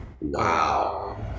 Wow